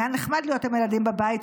היה נחמד להיות עם הילדים בבית.